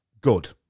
good